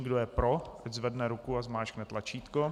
Kdo je pro, ať zvedne ruku a zmáčkne tlačítko.